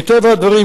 מטבע הדברים,